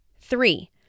Three